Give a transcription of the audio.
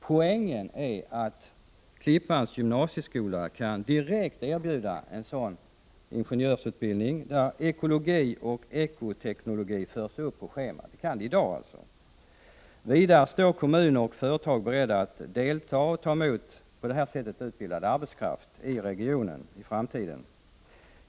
Poängen är att Klippans gymnasieskola direkt i dag kan erbjuda en ingenjörsutbildning där ekologi och ekoteknologi förs upp på schemat. Vidare står kommuner och företag i regionen beredda att delta och ta emot på det här sättet utbildad arbetskraft i framtiden.